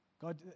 God